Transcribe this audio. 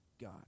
God